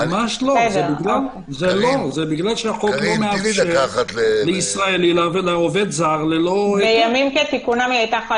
זה בגלל שהחוק לא מאפשר לעובד זר- -- בימים כתיקונם היא היתה יכולה